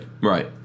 right